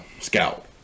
scout